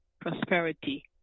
prosperity